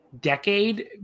decade